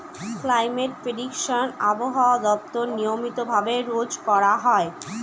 climate prediction আবহাওয়া দপ্তর নিয়মিত ভাবে রোজ করা হয়